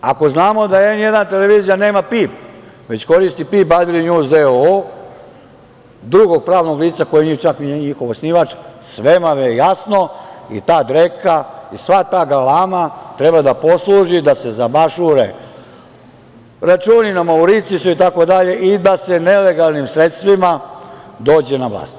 Ako znamo da N1 televizija nema PIB već koristi PIB "Adria njuz doo", drugog pravnog lica koje nije čak ni njihov osnivač, sve vam je jasno i ta dreka i sva ta galama treba da posluži da se zabašure računi na Mauricijusu itd. i da se nelegalnim sredstvima dođe na vlast.